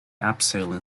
abseiling